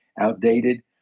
outdated